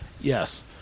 Yes